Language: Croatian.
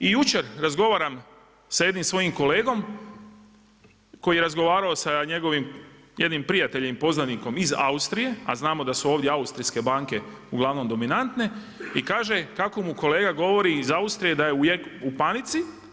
I jučer razgovaram sa jednim svojim kolegom koji je razgovarao sa njegovim jednim prijateljem i poznanikom iz Austrije, a znamo da su ovdje austrijske banke uglavnom dominantne i kaže kako mu kolega govori iz Austrije da je u panici.